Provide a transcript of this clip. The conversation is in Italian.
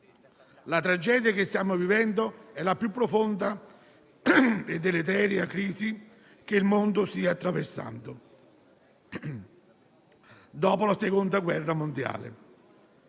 la tragedia che stiamo vivendo è la più profonda e deleteria crisi che il mondo stia attraversando dopo la Seconda guerra mondiale,